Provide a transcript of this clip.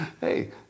Hey